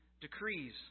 decrees